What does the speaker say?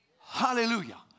Hallelujah